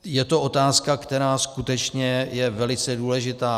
Je to otázka, která je skutečně velice důležitá.